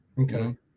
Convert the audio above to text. Okay